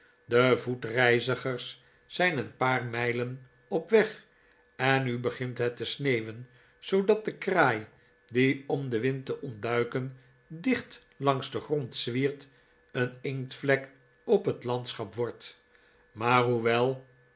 de voetreizigers zijn een paar mijlen op weg en nu begint het te sneeuwen zoodat de kraai die om den wind te ontduiken dicht langs den grond zwiert een inktvlek op het landschap wordt maar hoewel